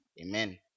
Amen